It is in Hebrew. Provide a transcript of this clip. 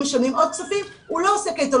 משלמים על זה עוד כספים הוא לא עושה קייטנות,